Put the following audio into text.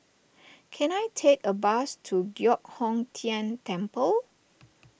can I take a bus to Giok Hong Tian Temple